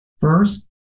First